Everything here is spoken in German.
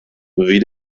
wie